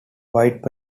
white